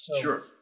Sure